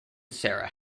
sarah